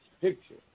picture